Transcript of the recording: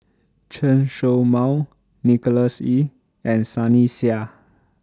Chen Show Mao Nicholas Ee and Sunny Sia